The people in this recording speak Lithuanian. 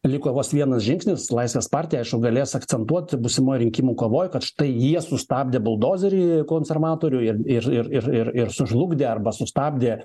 liko vos vienas žingsnis laisvės partija aišu galės akcentuot būsimoje rinkimų kovoj kad štai jie sustabdė buldozerį konservatorių ir ir ir ir ir sužlugdė arba sustabdė